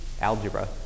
algebra